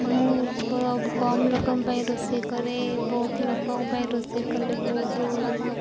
ମୁଁ ବ କମ୍ ଲୋକଙ୍କ ପାଇଁ ରୋଷେଇ କରେ ବହୁତ ଲୋକଙ୍କ ପାଇଁ ରୋଷେଇ କଲେ ବହୁତ